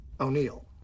O'Neill